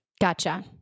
Gotcha